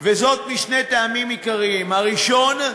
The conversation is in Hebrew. משני טעמים עיקריים: הראשון,